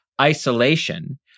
isolation